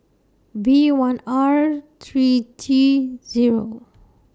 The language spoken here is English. V one R three G Zero